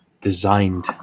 designed